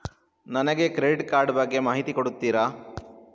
ನನಗೆ credit card ಬಗ್ಗೆ ಮಾಹಿತಿ ಕೊಡುತ್ತೀರಾ?